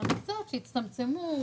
אלא מקצועות שהצטמצמו,